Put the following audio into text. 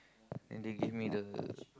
and they give me the